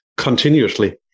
continuously